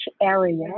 area